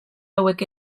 hauek